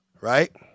Right